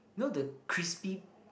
you know the crispy